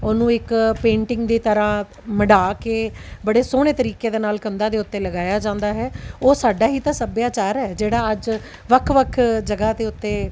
ਉਹਨੂੰ ਇੱਕ ਪੇਂਟਿੰਗ ਦੀ ਤਰ੍ਹਾਂ ਮੜਾ ਕੇ ਬੜੇ ਸੋਹਣੇ ਤਰੀਕੇ ਦੇ ਨਾਲ ਕੰਧਾਂ ਦੇ ਉੱਤੇ ਲਗਾਇਆ ਜਾਂਦਾ ਹੈ ਉਹ ਸਾਡਾ ਹੀ ਤਾਂ ਸੱਭਿਆਚਾਰ ਹੈ ਜਿਹੜਾ ਅੱਜ ਵੱਖ ਵੱਖ ਜਗ੍ਹਾ ਦੇ ਉੱਤੇ